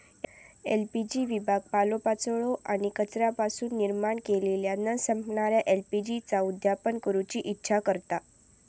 LPG विभाग पालोपाचोळो आणि कचऱ्यापासून निर्माण केलेल्या न संपणाऱ्या एल.पी.जी चा उत्पादन करूची इच्छा करता